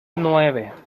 nueve